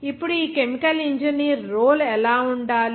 ఇప్పుడు ఈ chemical engineer role ఎలా ఉండాలి